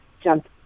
jump